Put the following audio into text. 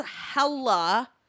hella